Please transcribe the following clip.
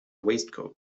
waistcoat